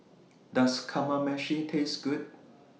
Does Kamameshi Taste Good